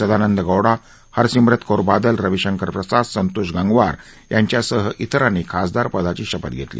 सदानंद गौडा हरसिप्रत कौर बादल रवी शंकर प्रसाद संतोष गंगवार यांच्यासह इतरांनी खासदारपदाची शपथ घेतली